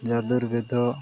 Yajur Veda